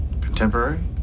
Contemporary